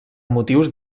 motius